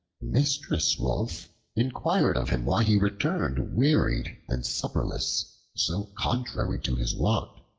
mistress wolf inquired of him why he returned wearied and supperless, so contrary to his wont.